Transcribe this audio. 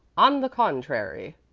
on the contrary,